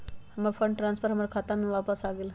हमर fund transfer हमर खाता में वापस आ गेल